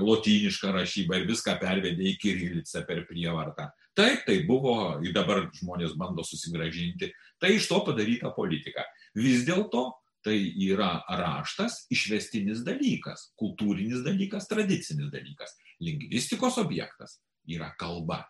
lotynišką rašybą ir viską pervedė kirilicą per prievartą taip tai buvo dabar žmonės bando susigrąžinti tai iš to padaryta politika vis dėlto tai yra raštas išvestinis dalykas kultūrinis dalykas tradicinis dalykas lingvistikos objektas yra kalba